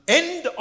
end